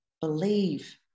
Believe